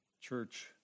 church